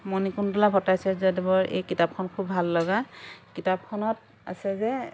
মণিকুন্তলা ভট্টাচাৰ্যদেৱৰ এই কিতাপখন খুব ভাল লগা কিতাপখনত আছে যে